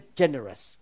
generous